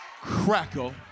crackle